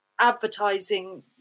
advertising